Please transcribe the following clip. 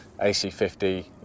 AC50